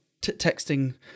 texting